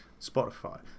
Spotify